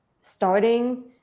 starting